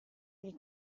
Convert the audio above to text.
gli